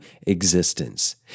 existence